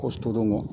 खस्थ' दङ